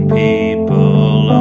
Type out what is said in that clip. people